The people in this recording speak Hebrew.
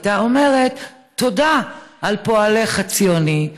הייתה אומרת: תודה על פועלך הציוני,